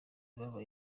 babaye